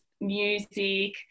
music